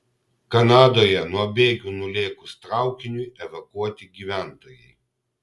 kanadoje nuo bėgių nulėkus traukiniui evakuoti gyventojai